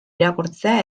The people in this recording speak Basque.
irakurtzea